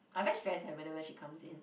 I very stress eh whenever she comes in